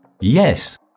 Yes